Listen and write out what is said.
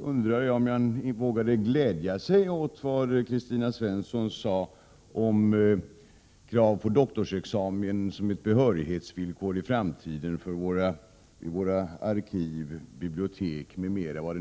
undrade jag om jag vågade glädja mig åt vad Kristina Svensson sade om kravet på doktorsexamen som ett behörighetsvillkor i framtiden för tjänster vid arkiv, bibliotek m.m.